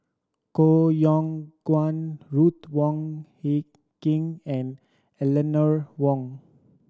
Koh Yong Guan Ruth Wong Hie King and Eleanor Wong